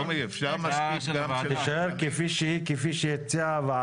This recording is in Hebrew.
אז מה צריך להתקיים כדי שזה לא יקרה?